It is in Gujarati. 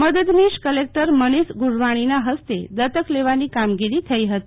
મદદનીશ કલેકટર મનીશ ગુરવાનીના ફસ્તેદાત્તક લેવાની કામગીરી થઈ હતી